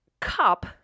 cup